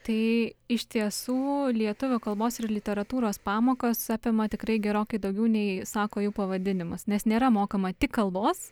tai iš tiesų lietuvių kalbos ir literatūros pamokos apima tikrai gerokai daugiau nei sako jų pavadinimas nes nėra mokama tik kalbos